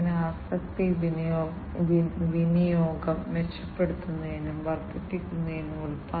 അവിടെ ഈ signal conditioning circuit അല്ലെങ്കിൽ ഘടകം ഉണ്ട്